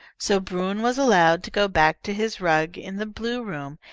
so bruin was allowed to go back to his rug in the blue room,